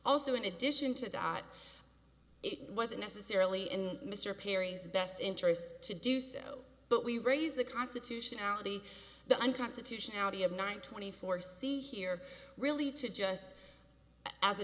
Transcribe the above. also in addition to that it wasn't necessarily in mr perry's best interest to do so but we raised the constitutionality the unconstitutionality of nine twenty four c here really to just as a